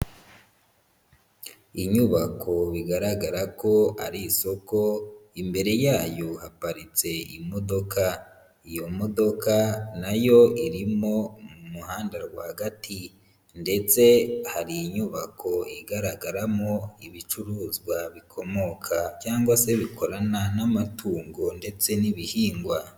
Inyubako bigaragara ko ari isoko, imbere yayo haparitse imodoka. Iyo modoka na yo irimo mu muhanda rwagati ndetse hari inyubako igaragaramo ibicuruzwa bikomoka cyangwa se bikorana n'amatungo ndetse n'ibihingwa.